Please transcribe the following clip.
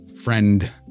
friend